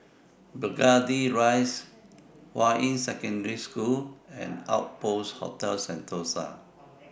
Burgundy Rise Hua Yi Secondary School and Outpost Hotel Sentosa